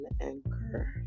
Anchor